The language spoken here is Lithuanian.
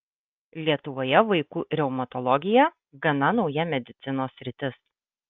lietuvoje vaikų reumatologija gana nauja medicinos sritis